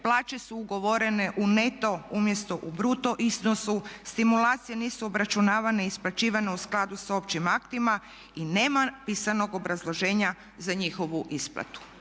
plaće su ugovorene u neto, umjesto u bruto iznosu, stimulacije nisu obračunavane i isplaćivane u skladu s općim aktima i nema pisanog obrazloženja za njihovu isplatu.